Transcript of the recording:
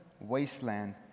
wasteland